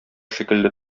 шикелле